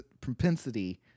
propensity